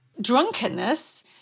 Drunkenness